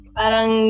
parang